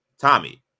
Tommy